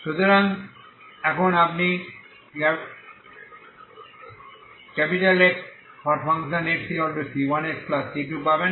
সুতরাং এখন আপনি Xxc1xc2পাবেন